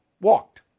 Walked